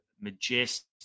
majestic